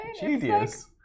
genius